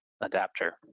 adapter